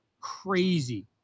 crazy